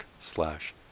slash